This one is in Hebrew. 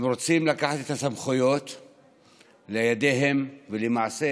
הם רוצים לקחת את הסמכויות לידיהם, ולמעשה